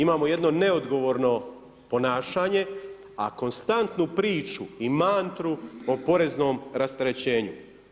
Imamo jedno neodgovorno ponašanje a konstantnu priču i mantru o poreznom rasterećenju.